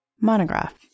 Monograph